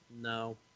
no